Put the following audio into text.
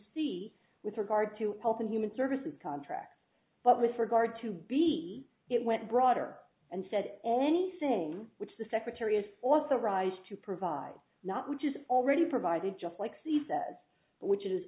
c with regard to health and human services contract but with regard to be it went broader and said anything which the secretary is authorized to provide not which is already provided just like he says but which is